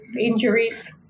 injuries